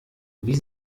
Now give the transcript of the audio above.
wie